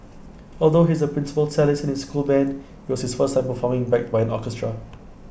although he is the principal cellist in his school Band IT was his first time performing backed by an orchestra